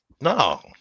No